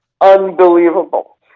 unbelievable